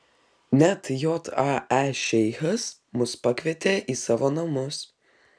net jae šeichas mus pakvietė į savo namus